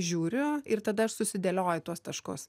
žiūriu ir tada aš susidėlioju tuos taškus